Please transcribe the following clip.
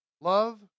love